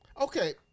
Okay